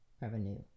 revenue